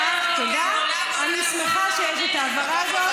אני שמחה שיש את ההבהרה הזאת,